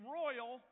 royal